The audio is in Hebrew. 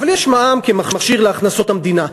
אבל יש מע"מ כמכשיר להכנסות המדינה.